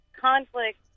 conflict